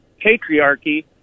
patriarchy